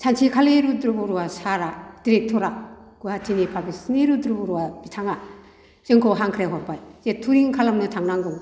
सानसेखालि रुद्र बरुवा सारआ डिरेक्टरआ गुवाहाटिनि पाब्लिसनि रुद्र बरुवा बिथाङा जोंखौ हांख्राइहरबाय जे थुरिं खालामनो थांनांगौ